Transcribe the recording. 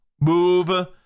move